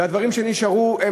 הדברים שנשארו הם,